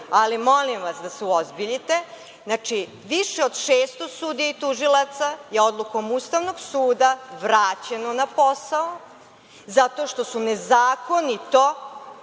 vas molim da se uozbiljite. Znači, više od 600 sudija i tužilaca je Odlukom Ustavnog suda vraćeno na posao zato što su nezakonito